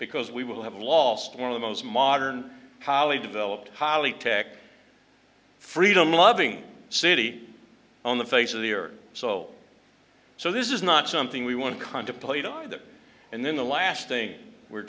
because we will have lost one of the most modern highly developed polytech freedom loving city on the face of the earth so so this is not something we want to contemplate either and then the last thing we're